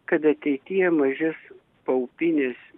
kad ateityje mažės paupines